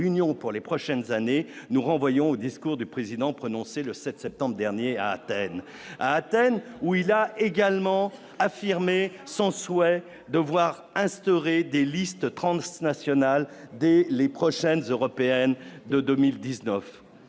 pour les prochaines années, nous renvoyons au discours du président prononcée le 7 septembre dernier à Athènes à Athènes, où il a également affirmé sans souhait de voir instaurer des listes transnationales dès les prochaines européennes de 2019